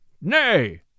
Nay